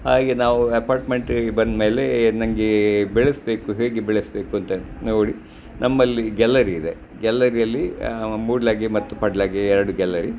ಹಾಗೆ ನಾವು ಅಪಾರ್ಟ್ಮೆಂಟ್ಗೆ ಬಂದ್ಮೇಲೆ ನನಗೆ ಬೆಳೆಸಬೇಕು ಹೇಗೆ ಬೆಳೆಸಬೇಕು ಅಂತ ನೋಡಿ ನಮ್ಮಲ್ಲಿ ಗ್ಯಾಲರಿ ಇದೆ ಗ್ಯಾಲರಿಯಲ್ಲಿ ಮೂಡಲಾಗೆ ಮತ್ತು ಪಡ್ವಲಾಗೆ ಎರಡು ಗ್ಯಾಲರಿ